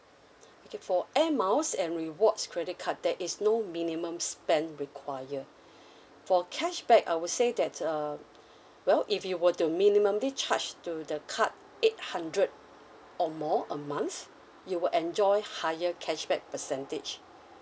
okay for air miles and rewards credit card there is no minimum spend require for cashback I would say that um well if you were to minimumly charge to the card eight hundred or more a month you will enjoy higher cashback percentage